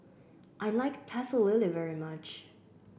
I like Pecel Lele very much